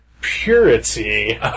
purity